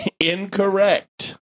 Incorrect